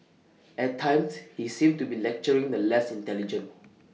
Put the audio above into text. at times he seemed to be lecturing the less intelligent